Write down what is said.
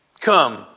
Come